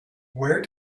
where